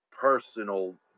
personal